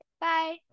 bye